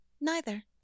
Neither